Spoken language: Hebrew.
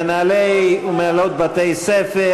מנהלי ומנהלות בתי-ספר,